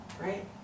right